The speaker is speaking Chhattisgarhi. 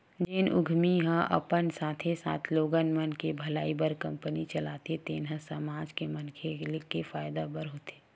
जेन उद्यमी ह अपन साथे साथे लोगन मन के भलई बर कंपनी चलाथे तेन ह समाज के मनखे के फायदा बर होथे